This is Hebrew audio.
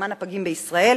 למען הפגים בישראל,